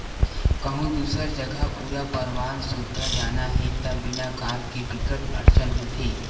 कहूँ दूसर जघा पूरा परवार सुद्धा जाना हे त बिना कार के बिकट अड़चन होथे